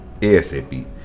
ASAP